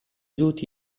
tutti